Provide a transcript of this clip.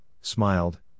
smiled